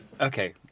Okay